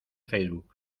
facebook